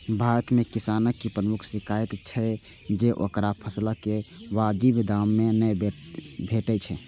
भारत मे किसानक प्रमुख शिकाइत छै जे ओकरा फसलक वाजिब दाम नै भेटै छै